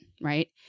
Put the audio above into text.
right